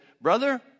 brother